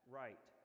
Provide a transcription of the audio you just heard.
right